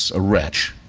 a wretch,